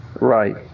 right